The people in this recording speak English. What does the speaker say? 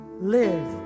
Live